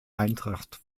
eintracht